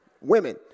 women